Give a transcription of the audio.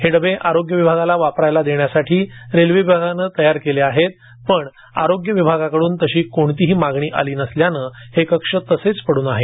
हे डबे आरोग्य विभागाला वापरायला देण्यासाठी रेल्वे विभाग तयार आहे पण आरोग्य विभगकडून तशी कोणतीही मागणी आली नसल्याने हे कक्ष तसेच पडून आहेत